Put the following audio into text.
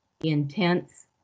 intense